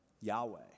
Yahweh